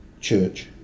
church